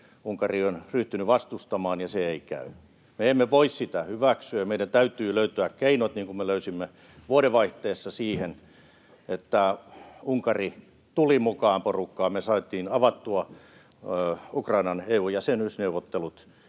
Unkari on ryhtynyt vastustamaan, ja se ei käy. Me emme voi sitä hyväksyä, ja meidän täytyy löytää keinot, niin kuin me löysimme vuodenvaihteessa siihen, että Unkari tuli mukaan porukkaan. Me saatiin avattua Ukrainan EU-jäsenyysneuvottelut